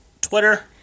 Twitter